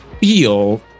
feel